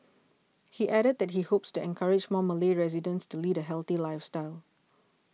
he added that he hopes to encourage more Malay residents to lead a healthy lifestyle